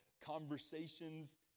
conversations